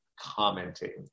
commenting